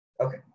Okay